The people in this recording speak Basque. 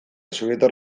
sobietar